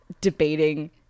debating